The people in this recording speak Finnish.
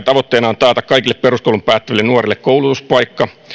tavoitteena on taata kaikille peruskoulun päättäneille nuorille koulutuspaikka